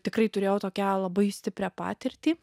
tikrai turėjau tokią labai stiprią patirtį